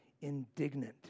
indignant